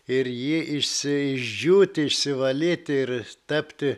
ir jį išsi išdžiūti išsivalyti ir tapti